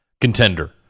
Contender